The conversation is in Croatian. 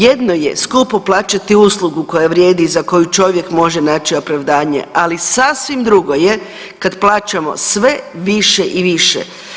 Jedno je skupo plaćati uslugu koja vrijedi i za koju čovjek može naći opravdanje, ali sasvim drugo je kad plaćamo sve više i više.